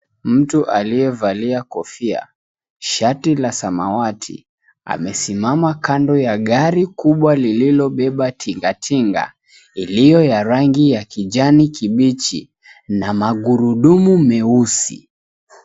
Mtu aliyevalia kofia, shati la samawati amesimama 𝑘ando ya gari kubwa lililobeba tingatinga iliyo ya rangi ya kijani kibichi na magurudumu meusi.